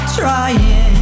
trying